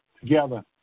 together